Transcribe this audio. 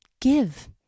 give